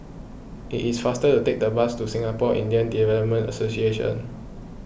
it is faster to take the bus to Singapore Indian Development Association